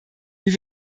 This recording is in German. wie